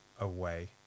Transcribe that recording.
away